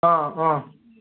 ꯑꯥ ꯑꯥ